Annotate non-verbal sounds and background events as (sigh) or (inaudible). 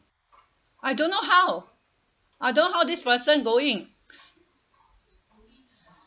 I don't know how I don't know how this person go in (breath)